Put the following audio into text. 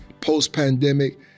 post-pandemic